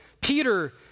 Peter